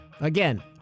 Again